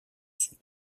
sud